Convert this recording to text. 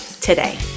today